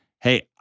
Hey